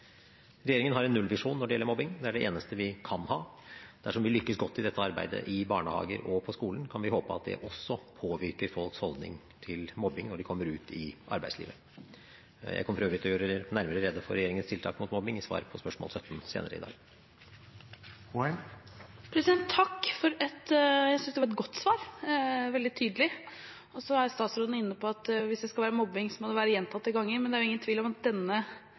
Regjeringen har en nullvisjon når det gjelder mobbing, det er det eneste vi kan ha. Dersom vi lykkes godt i dette arbeidet i barnehager og på skolen, kan vi håpe at det også påvirker folks holdninger til mobbing når de kommer ut i arbeidslivet. Jeg kommer for øvrig til å gjøre nærmere rede for regjeringens tiltak mot mobbing i svaret på spørsmål 17 senere i dag. Takk – jeg synes det var et godt svar, veldig tydelig. Statsråden var inne på at hvis det skal være mobbing, må det være gjentatte ganger, men det er ingen tvil om at denne